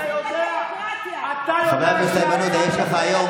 אתה יודע שהצד הזה,